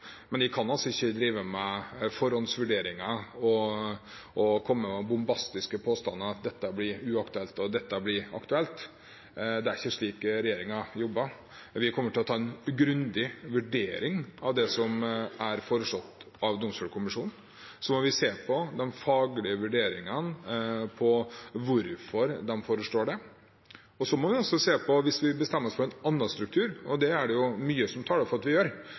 men jeg kan altså ikke drive med forhåndsvurderinger og komme med bombastiske påstander om at dette blir uaktuelt, og dette blir aktuelt. Det er ikke slik regjeringen jobber. Vi kommer til å ta en grundig vurdering av det som er foreslått av Domstolkommisjonen. Så må vi se på de faglige vurderingene av hvorfor de foreslår det. Hvis vi bestemmer oss for en annen struktur – og det er det mye som taler for at vi gjør,